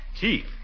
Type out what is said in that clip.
Keith